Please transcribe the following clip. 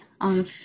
on